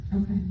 Okay